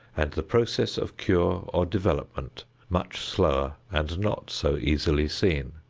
and the process of cure or development much slower and not so easily seen.